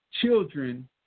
children